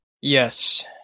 Yes